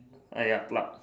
ah ya plug